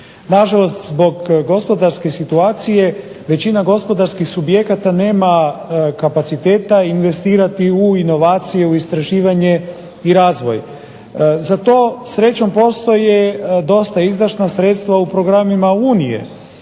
Na žalost zbog gospodarske situacije većina gospodarskih subjekata nema kapaciteta investitora u inovacije, u istraživanje i razvoj. Za to srećom postoje dosta izdašna sredstva u programima Unije,